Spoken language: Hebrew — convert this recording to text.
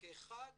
כאחד